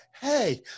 hey